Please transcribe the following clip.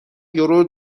یورو